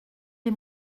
des